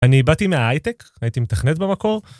אני באתי מההייטק, הייתי מתכנת במקור.